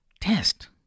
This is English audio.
test